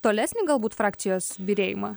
tolesnį galbūt frakcijos byrėjimą